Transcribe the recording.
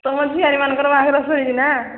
ତମ ଝିଆରୀମାନଙ୍କର ବାହାଘର ସାରିଗଲା